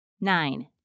Nine